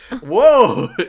whoa